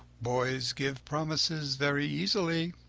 boys give promises very easily,